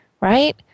right